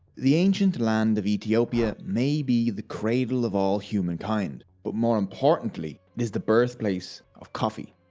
the ancient land of ethiopia, may be the cradle of all humankind. but more importantly it is the birthplace of coffee.